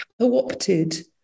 co-opted